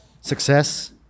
success